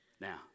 Now